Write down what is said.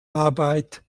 arbeit